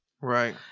Right